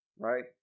right